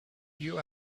you